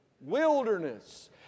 wilderness